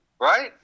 Right